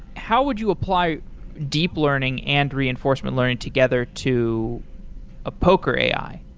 how would you apply deep learning and reinforcement learning together to a poker ai?